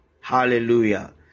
hallelujah